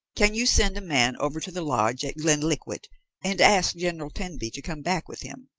can you send a man over to the lodge at glenkliquart, and ask general tenby to come back with him.